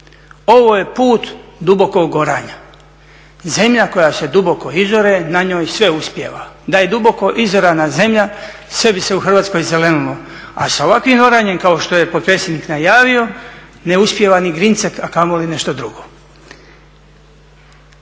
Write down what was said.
Ovo je put dubokog oranja. Zemlja koja se duboko izore, na njoj sve uspijeva". Da je duboko izorana zemlja, sve bi se u Hrvatskoj zelenilo, a sa ovakvim vladanjem kao što je potpredsjednik najavio, ne uspijeva ni grincek, a kamoli nešto drugo.